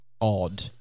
odd